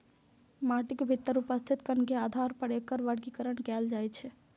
माटिक भीतर उपस्थित कण के आधार पर एकर वर्गीकरण कैल जाइ छै